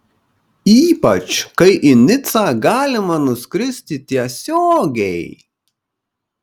ypač kai į nicą galima nuskristi tiesiogiai